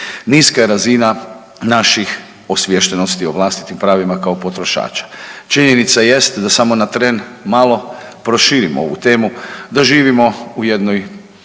Niska je razina naših osviještenosti o vlastitim pravima kao potrošača. Činjenica jest da samo na tren malo proširimo ovu temu, da živimo u jednoj